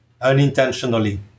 unintentionally